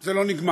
זה לא נגמר,